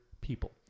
people